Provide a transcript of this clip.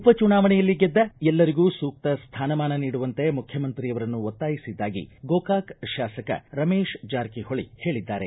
ಉಪ ಚುನಾವಣೆಯಲ್ಲಿ ಗೆದ್ದ ಎಲ್ಲರಿಗೂ ಸೂಕ್ತ ಸ್ಥಾನಮಾನ ನೀಡುವಂತೆ ಮುಖ್ಯಮಂತ್ರಿಯವರನ್ನು ಒತ್ತಾಯಿಸಿದ್ದಾಗಿ ಗೋಕಾಕ ಶಾಸಕ ರಮೇಶ್ ಜಾರಕಿಹೊಳಿ ಹೇಳಿದ್ದಾರೆ